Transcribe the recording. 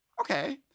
Okay